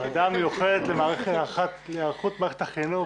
המיוחדת להיערכות מערכת החינוך,